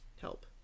help